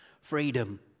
freedom